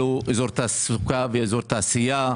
לו אזור תעסוקה ואזור תעשייה במקום.